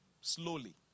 Slowly